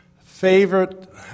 favorite